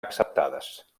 acceptades